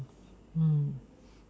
mm